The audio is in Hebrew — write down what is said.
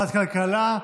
ועדת הכלכלה.